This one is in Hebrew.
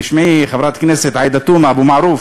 תשמעי, חברת הכנסת עאידה תומא, אבו מערוף,